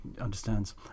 understands